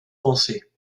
pensée